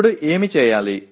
ఇప్పుడు ఏమి చేయాలి